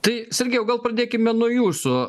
tai sergėjau gal pradėkime nuo jūsų